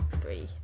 three